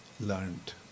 learned